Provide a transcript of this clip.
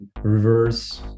reverse